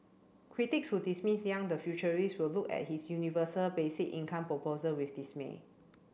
critics who dismiss Yang the futurist will look at his universal basic income proposal with dismay